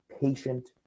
patient